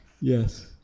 yes